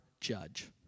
judge